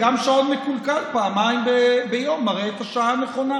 גם שעון מקולקל פעמיים ביום מראה את השעה הנכונה.